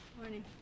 Morning